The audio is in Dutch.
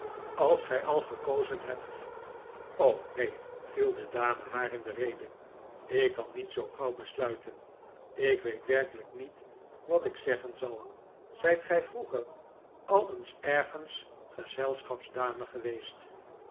als gij al gekozen hebt neen viel de dame haar in de rede ik kan niet zoo gauw besluiten ik weet werkelijk niet wat ik zeggen zal zijt gij vroeger al eens ergens gezelschapsdame geweest